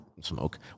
smoke